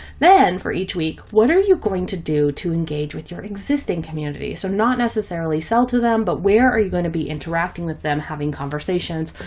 then for each week, what are you going to do to engage with your existing community? so not necessarily sell to them, but where are you going to be interacting with them, having conversations?